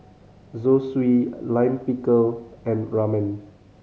Zosui Lime Pickle and Ramen